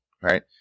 right